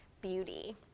beauty